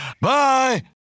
Bye